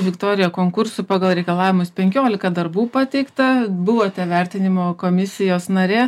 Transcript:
viktorija konkursui pagal reikalavimus penkiolika darbų pateikta buvote vertinimo komisijos narė